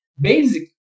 basic